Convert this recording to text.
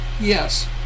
yes